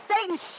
Satan